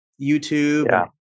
YouTube